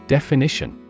Definition